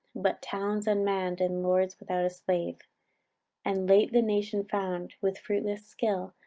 but towns unmann'd, and lords without a slave and late the nation found, with fruitless skill,